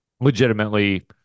legitimately